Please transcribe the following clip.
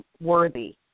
worthy